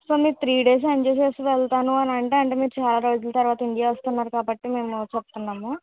so మీరు three days enjoy చేసి వెళ్తాను అని అంటే అంటే మీరు చాలా రోజుల తర్వాత ఇండియా వస్తున్నారు కాబట్టి మేము చెప్తున్నాము